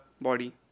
body